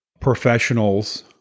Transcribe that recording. professionals